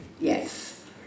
Yes